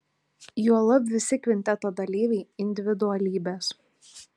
juolab visi kvinteto dalyviai individualybės